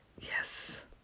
Yes